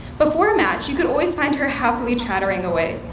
before a match you could always find her happily chattering away,